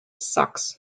sucks